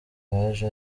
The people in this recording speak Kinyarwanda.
baje